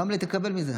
רמלה תקבל מזה.